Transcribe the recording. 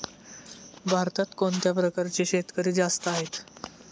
भारतात कोणत्या प्रकारचे शेतकरी जास्त आहेत?